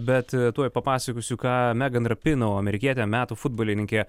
bet tuoj papasakosiu ką megan rapinou amerikietė metų futbolininkė